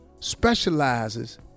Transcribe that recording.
specializes